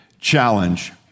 challenge